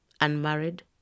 unmarried